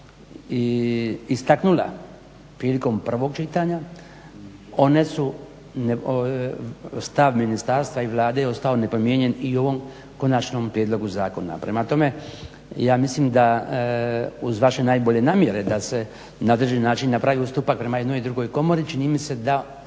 istaknula prilikom prvog čitanja one su stav ministarstva i Vlade ostao je nepromijenjen i u ovom konačnom prijedlogu zakona. Prema tome, ja mislim da uz vaše najbolje namjere da se na određeni način napravi ustupak prema jednoj i drugoj komori čini mi se da